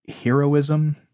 heroism